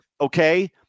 okay